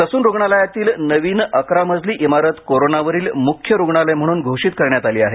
Sassoon रुग्णालयातील नवीन अकरा मजली इमारत कोरोनावरील मुख्य रुग्णालय म्हणून घोषित करण्यात आली आहे